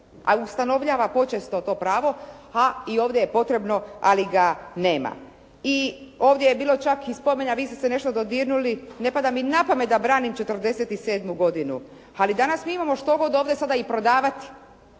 a ustanovljava počesto to pravo. A i ovdje je potrebno ali ga nema. I ovdje je bilo čak i spomena, vi ste se nešto dodirnuli. Ne pada mi na pamet da branim 47. godinu ali danas mi imamo štogod ovdje sada i prodavati,